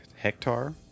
hectare